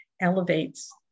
elevates